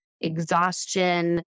exhaustion